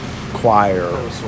choir